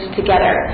together